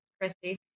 Christy